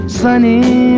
sunny